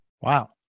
Wow